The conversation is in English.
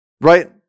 right